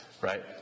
Right